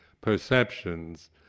perceptions